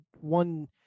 one